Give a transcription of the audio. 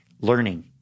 learning